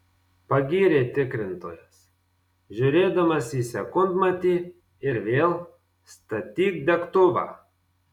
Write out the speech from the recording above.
pagyrė tikrintojas žiūrėdamas į sekundmatį ir vėl statyk degtuvą